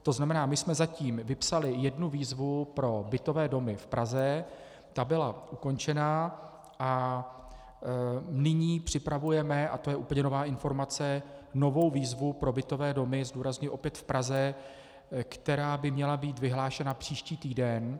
To znamená, my jsme zatím vypsali jednu výzvu pro bytové domy v Praze, ta byla ukončena, a nyní připravujeme, a to je úplně nová informace, novou výzvu pro bytové domy, zdůrazňuji, opět v Praze, která by měla být vyhlášena příští týden.